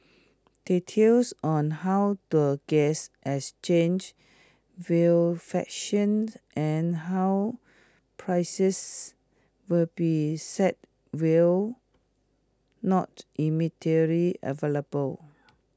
details on how the gas exchange will functioned and how prices will be set will not immediately available